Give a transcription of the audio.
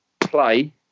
play